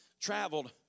traveled